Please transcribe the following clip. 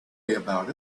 about